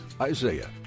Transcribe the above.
Isaiah